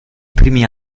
primi